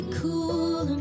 cool